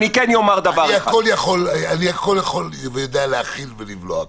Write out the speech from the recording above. אני יודע להכיל ולבלוע הכול,